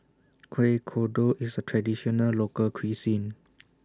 Kuih Kodok IS A Traditional Local Cuisine